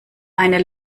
eine